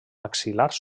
maxil·lars